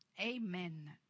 Amen